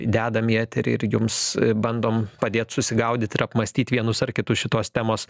dedam į eterį ir jums bandom padėt susigaudyt ir apmąstyt vienus ar kitus šitos temos